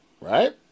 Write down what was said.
right